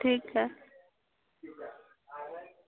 ठीक है